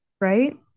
Right